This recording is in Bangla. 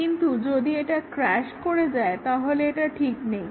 কিন্তু যদি এটা ক্রাশ করে যায় তাহলে এটা ঠিক নেই